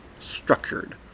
structured